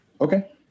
okay